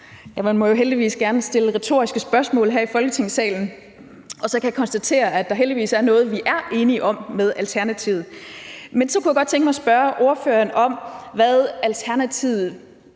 Man må jo heldigvis gerne stille retoriske spørgsmål her i Folketingssalen. Og så kan jeg konstatere, at der heldigvis er noget, vi er enige med Alternativet om. Men så kunne jeg godt tænke mig at spørge ordføreren om, hvad Alternativet